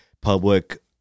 public